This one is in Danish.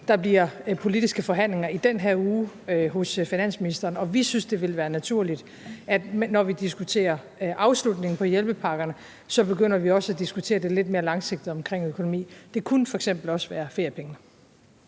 Der bliver politiske forhandlinger i den her uge hos finansministeren. Vi synes, det ville være naturligt, at når vi diskuterer afslutningen på hjælpepakkerne, begynder vi også at diskutere det lidt mere langsigtede omkring økonomi. Det kunne f.eks. også være feriepengene.